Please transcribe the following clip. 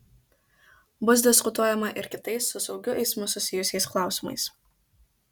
bus diskutuojama ir kitais su saugiu eismu susijusiais klausimais